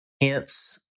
hence